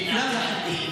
יאללה.